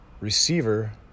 receiver